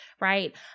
right